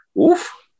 oof